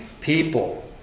people